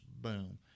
Boom